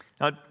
Now